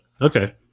Okay